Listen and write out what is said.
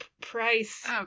price